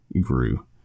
grew